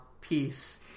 Peace